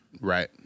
Right